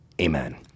Amen